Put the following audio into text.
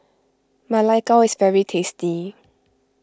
Ma Lai Gao is very tasty